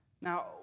Now